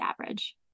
average